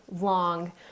long